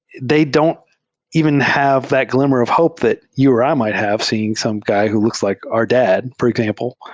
they don't even have that gl immer of hope that you or i might have seeing some guy who looks like our dad, for example,